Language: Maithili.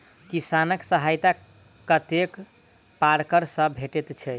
किसान सहायता कतेक पारकर सऽ भेटय छै?